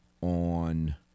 on